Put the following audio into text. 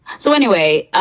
so anyway,